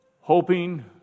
Hoping